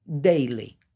daily